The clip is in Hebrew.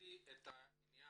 תפרידי את העניין.